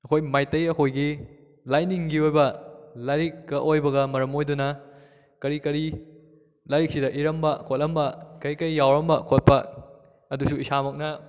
ꯑꯩꯈꯣꯏ ꯃꯩꯇꯩ ꯑꯩꯈꯣꯏꯒꯤ ꯂꯥꯏꯅꯤꯡꯒꯤ ꯑꯣꯏꯕ ꯂꯥꯏꯔꯤꯛꯀ ꯑꯣꯏꯕꯒ ꯃꯔꯝ ꯑꯣꯏꯗꯨꯅ ꯀꯔꯤ ꯀꯔꯤ ꯂꯥꯏꯔꯤꯛꯁꯤꯗ ꯏꯔꯝꯕ ꯈꯣꯠꯂꯝꯕ ꯀꯔꯤ ꯀꯔꯤ ꯌꯥꯎꯔꯝꯕ ꯈꯣꯠꯄ ꯑꯗꯨꯁꯨ ꯏꯁꯥꯃꯛꯅ